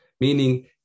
Meaning